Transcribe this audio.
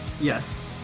Yes